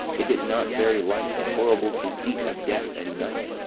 is it not very like the horrible conceit of death and night,